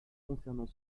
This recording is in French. concernant